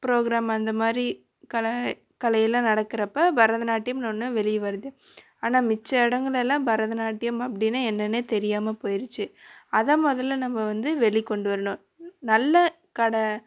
program அந்த மாதிரி கலை கலையெல்லாம் நடக்கிறப்ப பரதநாட்டியம்னு ஒன்று வெளியே வருது ஆனால் மிச்ச இடங்களெல்லாம் பரதநாட்டியம் அப்படின்னா என்னென்னே தெரியாமல் போயிருச்சு அதை முதல்ல நம்ம வந்து வெளிக்கொண்டு வரணும் நல்ல கடை